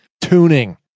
tuning